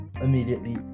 immediately